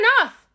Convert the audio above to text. enough